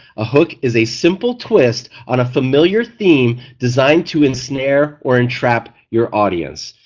a hook is a simple twist on a familiar theme designed to ensnare or entrap your audience.